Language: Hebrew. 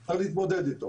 או להתמודד איתו.